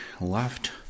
left